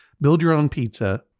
build-your-own-pizza